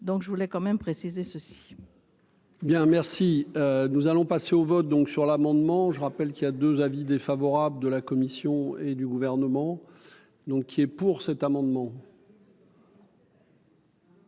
donc je voulais quand même préciser ceci. Bien, merci, nous allons passer au vote, donc sur l'amendement, je rappelle qu'il y a 2 avis défavorable de la Commission et du gouvernement, donc il est pour cet amendement.